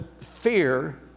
fear